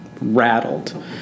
rattled